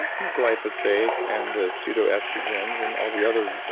and and glyphosate and the pseudo estrogens and all the other,